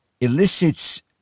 elicits